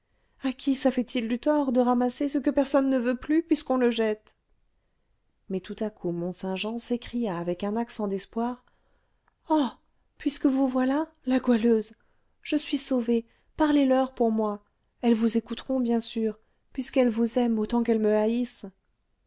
à qui ça fait-il du tort de ramasser ce que personne ne veut plus puisqu'on le jette mais tout à coup mont-saint-jean s'écria avec un accent d'espoir oh puisque vous voilà la goualeuse je suis sauvée parlez leur pour moi elles vous écouteront bien sûr puisqu'elles vous aiment autant qu'elles me haïssent